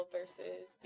versus